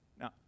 Now